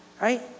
right